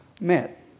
met